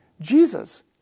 Jesus